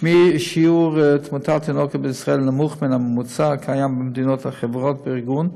שיעור תמותת תינוקות בישראל נמוך מן הממוצע במדינות החברות בארגון,